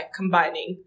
combining